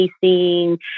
facing